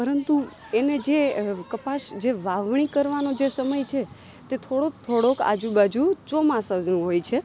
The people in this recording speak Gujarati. પરંતુ એને જે કપાસ જે વાવણી કરવાનો જે સમય છે તે થોડોક થોડોક આજુબાજુ ચોમાસા જેવું હોય છે